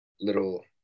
little